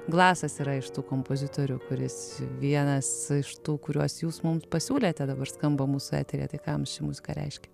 glasas yra iš tų kompozitorių kuris vienas iš tų kuriuos jūs mums pasiūlėte dabar skamba mūsų eteryje tai ką jum ši muzika reiškia